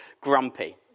grumpy